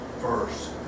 first